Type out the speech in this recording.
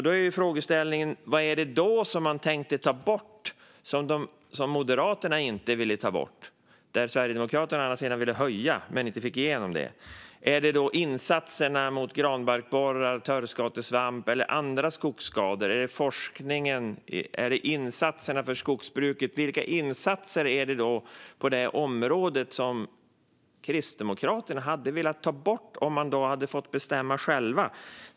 Då är frågeställningen: Vad är det då som man tänkte ta bort men som Moderaterna inte ville ta bort? Sverigedemokraterna ville höja men fick inte igenom det. Är det fråga om insatserna mot granbarkborrar, törskatesvamp och andra skogsskador? Är det forskningen? Är det insatserna för skogsbruket? Vilka insatser är det på det här området som Kristdemokraterna hade velat ta bort om de hade fått bestämma själva?